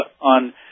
on